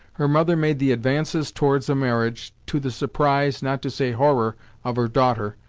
her mother made the advances towards a marriage, to the surprise, not to say horror of her daughter,